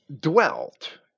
dwelt